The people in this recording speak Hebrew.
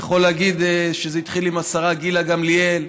אני יכול להגיד שזה התחיל עם השרה גילה גמליאל,